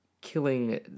killing